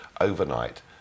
overnight